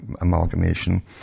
amalgamation